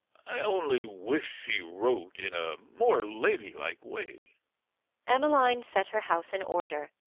i only wish she wrote in a more ladylike way emmeline set her house in order,